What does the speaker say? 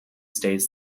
stays